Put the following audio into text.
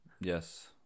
Yes